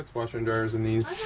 watching dryers in these